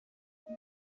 die